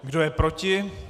Kdo je proti?